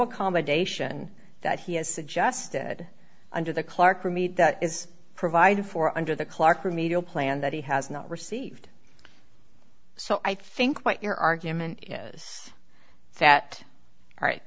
accommodation that he has suggested under the clark remede that is provided for under the clark remedial plan that he has not received so i think what your argument is that right